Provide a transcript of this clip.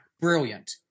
brilliant